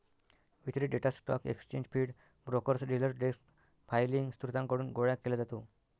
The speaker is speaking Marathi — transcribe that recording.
वितरित data stock exchange feed, brokers, dealer desk filing स्त्रोतांकडून गोळा केला जातो